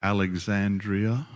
Alexandria